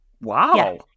wow